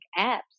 apps